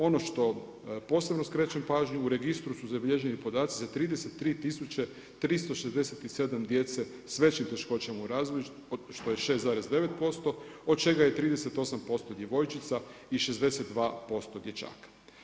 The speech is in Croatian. Ono što posebno skrećem pažnju u registru su zabilježeni podaci za 33 tisuće 367 djece sa većim teškoćama u razvoju što je 6,9% od čega je 38% djevojčica i 62% dječaka.